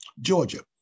Georgia